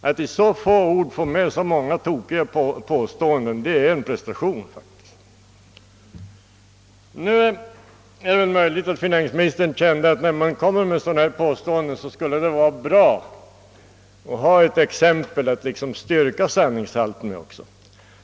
Att i så få ord få med så många tokiga påståenden är faktiskt en prestation. Nu är det väl möjligt att finansministern kände, att när man kommer med så här våldsamma påståenden, så skulle det vara bra att ha ett exempel för att styrka sanningshalten.